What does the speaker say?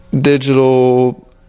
digital